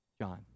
John